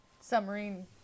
Submarine